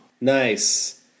Nice